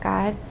God